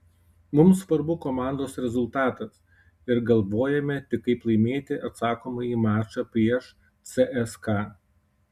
mums svarbu komandos rezultatas ir galvojame tik kaip laimėti atsakomąjį mačą prieš cska